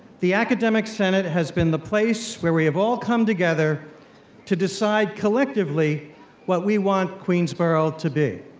the academic senate has been the place where we have all come together to decide collectively what we want queensborough to be.